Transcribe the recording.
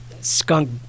skunk